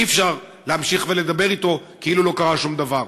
אי-אפשר להמשיך ולדבר אתו כאילו לא קרה שום דבר.